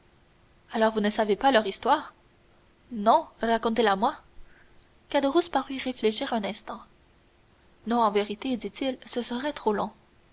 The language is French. alors vous ne savez pas leur histoire non racontez la moi caderousse parut réfléchir un instant non en vérité dit-il ce serait trop long